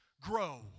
grow